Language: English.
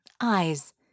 eyes